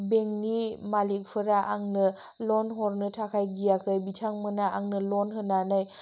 बेंकनि मालिकफोरा आंनो लन हरनो थाखाय गियाखै बिथांमोना आंनो लन होनानै